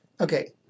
Okay